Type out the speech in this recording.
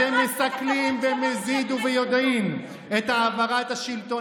אתם מסכלים במזיד וביודעין את העברת השלטון